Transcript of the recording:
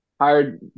hired